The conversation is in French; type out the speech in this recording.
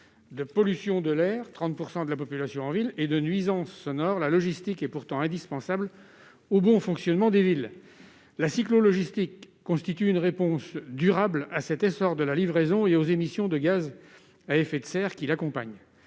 de pollution de l'air- elle représente 30 % de la pollution en ville -et de nuisances sonores, la logistique est pourtant indispensable au bon fonctionnement des villes. La cyclo-logistique constitue une réponse durable à l'essor de la livraison et aux émissions de gaz à effet de serre qui l'accompagnent.